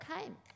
came